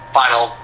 final